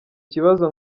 kibazo